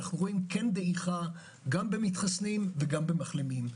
אנו רואים כן דעיכה גם במתחסנים וגם במחלימים.